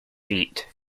feet